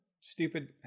stupid